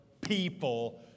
people